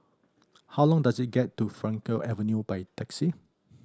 how long does it get to Frankel Avenue by taxi